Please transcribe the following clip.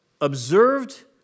observed